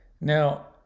Now